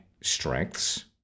strengths